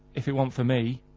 if it weren't for me,